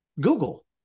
Google